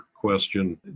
Question